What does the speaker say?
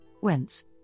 whence